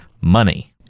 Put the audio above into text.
money